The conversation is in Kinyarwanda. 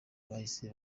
bahise